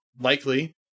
likely